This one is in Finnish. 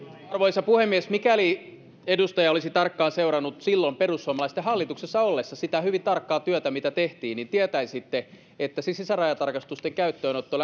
arvoisa puhemies mikäli edustaja olisi tarkkaan seurannut silloin perussuomalaisten hallituksessa ollessa sitä hyvin tarkkaa työtä mitä tehtiin niin tietäisitte että sisärajatarkastusten käyttöönotto